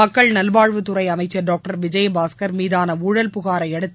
மக்கள் நல்வாழ்வுத்துறை அமைச்சர் டாக்டர் விஜயபாஸ்கர் மீதான ஊழல் புகாரை அடுத்து